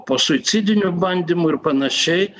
po suicidinių bandymų ir panašiai